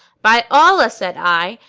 by allah, said i,